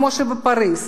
כמו בפריס.